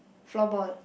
floorball